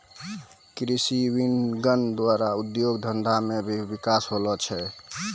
कृषि विपणन द्वारा उद्योग धंधा मे भी बिकास होलो छै